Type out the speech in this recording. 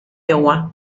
iowa